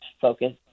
focus